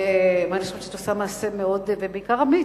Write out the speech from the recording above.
אני חושבת שאת עושה מעשה בעיקר אמיץ.